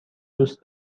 دوست